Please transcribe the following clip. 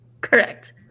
correct